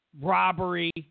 robbery